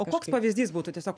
o koks pavyzdys būtų tiesiog